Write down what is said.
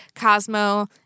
Cosmo